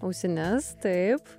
ausines taip